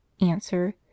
Answer